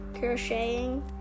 crocheting